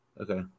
Okay